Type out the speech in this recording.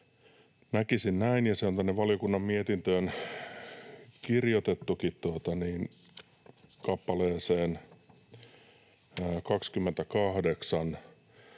näkisin näin, ja se on tänne valiokunnan mietintöön kirjoitettukin kappaleeseen 28: